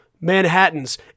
Manhattan's